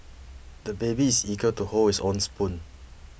the baby is eager to hold his own spoon